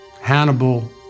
Hannibal